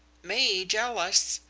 me jealous!